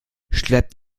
schleppt